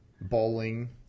Bowling